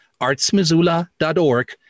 artsmissoula.org